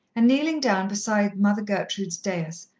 and kneeling down beside mother gertrude's dais,